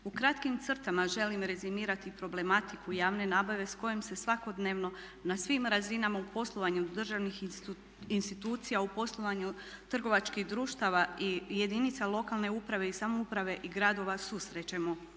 u kratkim crtama želim rezimirati problematiku javne nabave s kojom se svakodnevno na svim razinama u poslovanju državnih institucija, u poslovanju trgovačkih društava i jedinica lokalne uprave i samouprave i gradova susrećemo.